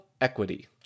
equity